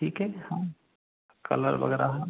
ठीक है हाँ कलर वग़ैरह